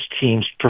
team's